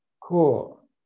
Cool